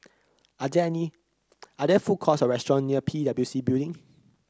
are there need are there food courts or restaurants near P W C Building